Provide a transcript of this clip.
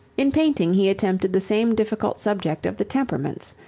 in painting he attempted the same difficult subject of the temperaments,